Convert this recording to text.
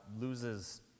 loses